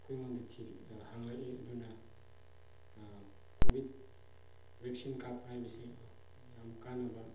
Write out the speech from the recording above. ꯑꯩꯈꯣꯏꯗ ꯍꯪꯂꯛꯏ covid vaccine ꯀꯥꯞꯄ ꯍꯥꯏꯕꯁꯦ ꯌꯥꯝ ꯀꯥꯟꯅꯕ